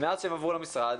ובגלל שהם עברו למשרד,